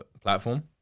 platform